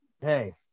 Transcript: hey